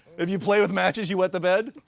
if you play with matches, you wet the bed.